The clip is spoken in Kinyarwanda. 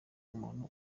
umuntu